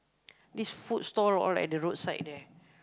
this food stall all at the roadside there